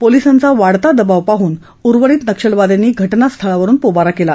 पोलिसांचा वाढता दबाव पाहून उर्वरीत नक्षलवाद्यांनी घटनास्थळावरून पोबारा केला